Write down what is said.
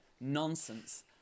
nonsense